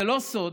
זה לא סוד